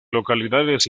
localidades